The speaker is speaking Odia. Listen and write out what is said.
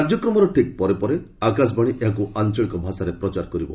କାର୍ଯ୍ୟକ୍ରମର ଠିକ୍ ପରେ ପରେ ଆକାଶବାଣୀ ଏହାକୁ ଆଞ୍ଚଳିକ ଭାଷାରେ ପ୍ରଚାର କରିବ